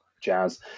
jazz